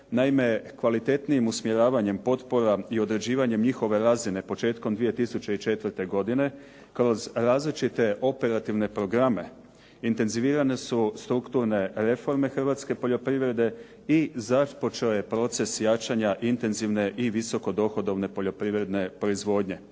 Naime, kvalitetnijim usmjeravanjem potpora i određivanjem njihove razine početkom 2004. godine kroz različite operativne programe intenzivirane su strukturne reforme hrvatske poljoprivrede i započeo je proces jačanja intenzivne i visoko dohodovne poljoprivredne proizvodnje.